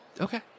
Okay